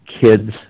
kids